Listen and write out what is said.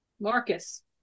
Marcus